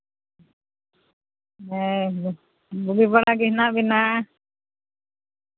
ᱦᱮᱸ ᱵᱩᱜᱤ ᱵᱟᱲᱟ ᱜᱮ ᱦᱮᱱᱟᱜ ᱵᱮᱱᱟ